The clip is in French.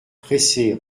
pressées